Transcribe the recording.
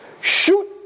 Shoot